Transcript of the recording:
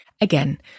Again